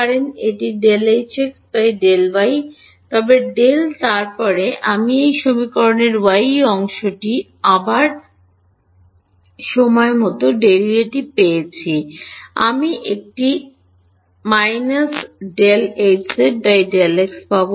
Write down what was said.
এটি ∂Hx∂y হবে ∂ তারপরে আমি এই সমীকরণের y অংশটি আবার সময় ডেরিভেটিভ পেয়েছি আমি একটি − ∂Hz ∂x পাব